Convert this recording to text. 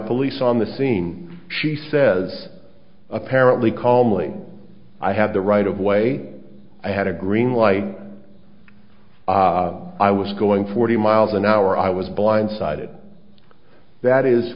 police on the scene she says apparently calmly i have the right of way i had a green light i was going forty miles an hour i was blindsided that is